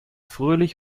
fröhlich